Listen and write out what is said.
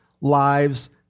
lives